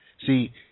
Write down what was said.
See